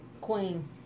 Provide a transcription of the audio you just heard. Queen